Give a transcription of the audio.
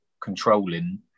controlling